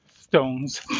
stones